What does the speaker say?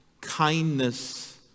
kindness